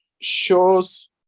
shows